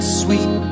sweet